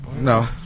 no